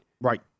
Right